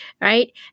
Right